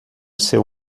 seu